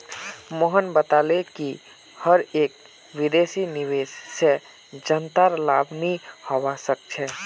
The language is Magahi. मोहन बताले कि हर एक विदेशी निवेश से जनतार लाभ नहीं होवा सक्छे